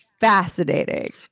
fascinating